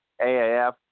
AAF